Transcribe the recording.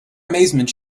amazement